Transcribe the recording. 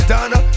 Donna